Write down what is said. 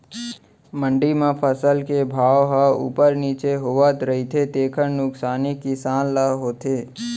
मंडी म फसल के भाव ह उप्पर नीचे होवत रहिथे तेखर नुकसानी किसान ल होथे